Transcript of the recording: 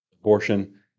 abortion